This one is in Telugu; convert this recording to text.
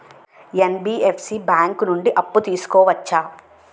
ఎన్.బి.ఎఫ్.సి బ్యాంక్ నుండి అప్పు తీసుకోవచ్చా?